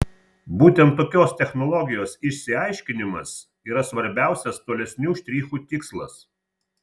būtent tokios technologijos išsiaiškinimas yra svarbiausias tolesnių štrichų tikslas